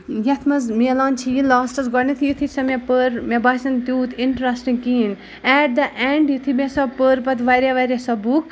یَتھ منٛز مِلان چھِ یہِ لاسٹَس گۄڈٕنیتھٕے یُتُھے سۄ مےٚ پٔر مےٚ باسیٚو نہٕ توٗت اِنٹرَسٹِنگ کِہینۍ ایٹ دَ اینڈ یِتھُے مےٚ سۄ پٔر پَتہٕ واریاہ واریاہ سۄ بُک